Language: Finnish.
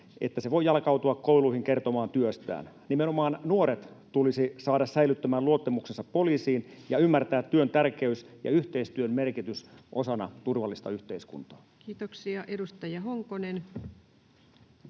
että se voi jalkautua kouluihin kertomaan työstään. Nimenomaan nuoret tulisi saada säilyttämään luottamuksensa poliisiin, ja tulisi ymmärtää työn tärkeys ja yhteistyön merkitys osana turvallista yhteiskuntaa. Kiitoksia. — Edustaja Honkonen.